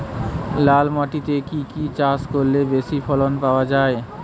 লাল মাটিতে কি কি চাষ করলে বেশি ফলন পাওয়া যায়?